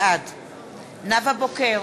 בעד נאוה בוקר,